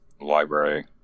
Library